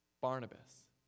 Barnabas